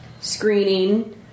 screening